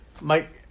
Mike